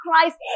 Christ